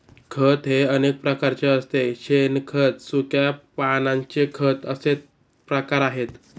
खत हे अनेक प्रकारचे असते शेणखत, सुक्या पानांचे खत असे प्रकार आहेत